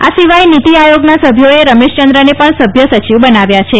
આ સિવાય નીતિ આયોગના સભ્યોએ રમેશચંદને પણ સભ્ય સચિવ બનાવ્યા છે